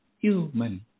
human